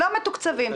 לא מתוקצבים,